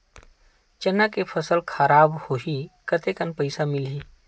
चना के फसल खराब होही कतेकन पईसा मिलही?